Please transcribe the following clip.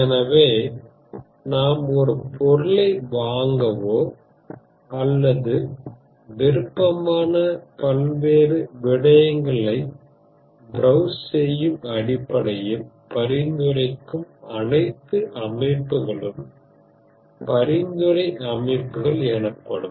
எனவே நாம் ஒரு பொருளை வாங்கவோ அல்லது விருப்பமான பல்வேறு விடையங்களை பிரௌஸ் செய்யும் அடிப்படையில் பரிந்துரைக்கும் அனைத்து அமைப்புகளும் பரிந்துரை அமைப்புகள் எனப்படும்